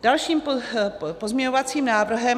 Dalším pozměňovacím návrhem...